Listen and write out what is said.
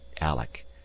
alec